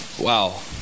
Wow